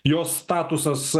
jos statusas